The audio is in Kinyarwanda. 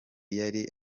yari